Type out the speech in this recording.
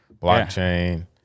blockchain